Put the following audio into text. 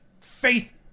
Faith